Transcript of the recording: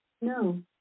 No